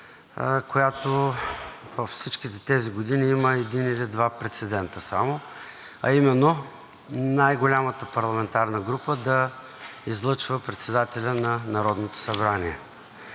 която във всичките тези години има един или два прецедента само, а именно най-голямата парламентарна група да излъчва председателя на Народното събрание.